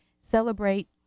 celebrate